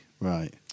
Right